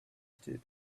stood